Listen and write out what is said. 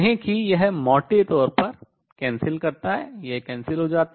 कहें कि यह मोटे तौर पर cancels रद्द करता है यह cancel रद्द हो जाता है